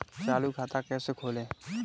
चालू खाता कैसे खोलें?